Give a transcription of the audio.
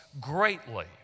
greatly